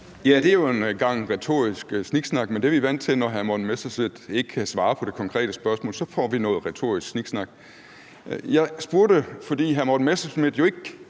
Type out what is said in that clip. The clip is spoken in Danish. Det er jo en gang retorisk sniksnak, men det er vi jo vant til, når hr. Morten Messerschmidt ikke kan svare på det konkrete spørgsmål – så får vi noget retorisk sniksnak. Jeg spurgte – fordi hr. Morten Messerschmidt jo ikke